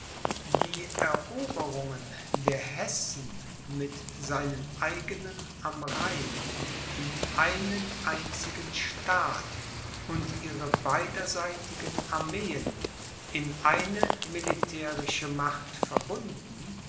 die eroberungen der hessen mit seinen eigenen am rhein in einen einzigen staat und ihre beiderseitigen armeen in eine militärische macht verbunden